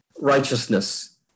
righteousness